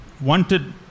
wanted